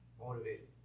Motivated